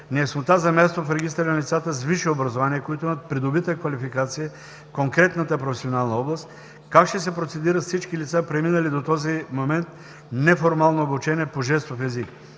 неяснота за мястото в Регистъра на лицата с висше образование, които имат придобита квалификация в конкретната професионална област; как ще се процедира с всички лица, преминали до този момент неформално обучение по жестов език;